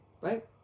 Right